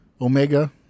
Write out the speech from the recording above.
Omega